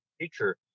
teacher